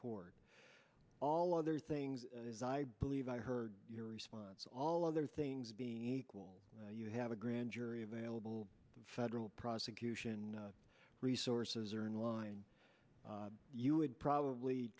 toward all other things is i believe i heard your response all other things being equal you have a grand jury available federal prosecution resources are not mind you would probably